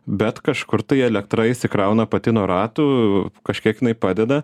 bet kažkur tai elektra įsikrauna pati nuo ratų kažkiek jinai padeda